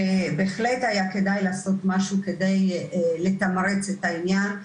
ובהחלט היה כדאי לעשות משהו כדי לתמרץ את העניין,